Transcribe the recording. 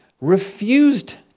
refused